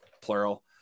plural